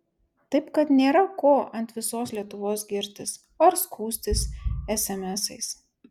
taip kad nėra ko ant visos lietuvos girtis ar skųstis esemesais